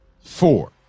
four